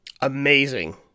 Amazing